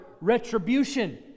retribution